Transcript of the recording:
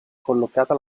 collocata